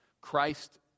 Christ